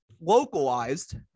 localized